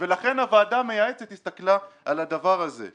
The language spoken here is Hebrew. האיחוד האירופי מטילים עליו עשרות היטלים